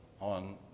on